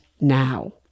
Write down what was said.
now